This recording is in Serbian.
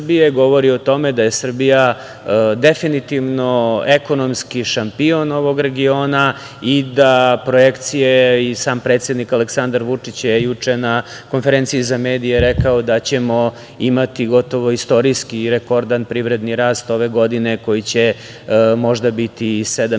govori o tome da je Srbija definitivno ekonomski šampion ovog regiona i da projekcije i sam predsednik Aleksandar Vučić je juče na konferenciji za medije rekao da ćemo imati gotovo istorijski rekordan privredni rast ove godine koji će možda i biti 7,5%,